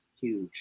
huge